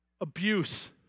Abuse